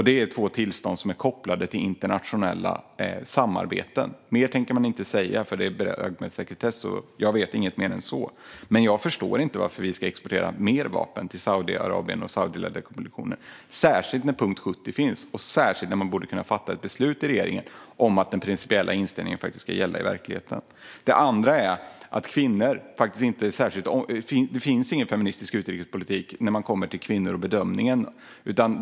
Det är två tillstånd som är kopplade till internationella samarbeten. Mer tänker man inte säga, för det är belagt med sekretess, och jag vet inget mer än så. Men jag förstår inte varför vi ska exportera mer vapen till Saudiarabien och till saudiledda koalitioner, särskilt när punkt 70 finns och särskilt när man borde kunna fatta ett beslut i regeringen om att den principiella inställningen faktiskt ska gälla i verkligheten. Det andra är att det inte finns någon feministisk utrikespolitik när man kommer till kvinnor och bedömningen.